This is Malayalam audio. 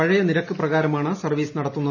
പഴയ നിരക്ക് പ്രകാരമാണ് സർവ്വീസ് നടത്തുന്നത്